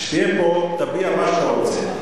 כשתהיה פה, תביע מה שאתה רוצה.